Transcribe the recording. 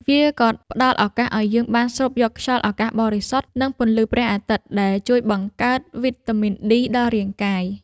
វាក៏ផ្ដល់ឱកាសឱ្យយើងបានស្រូបយកខ្យល់អាកាសបរិសុទ្ធ និងពន្លឺព្រះអាទិត្យ ដែលជួយបង្កើនវីតាមីនឌី ដល់រាងកាយ។